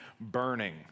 burning